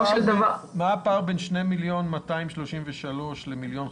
מה הפער בין 2,233,00 ובין 1,539,000?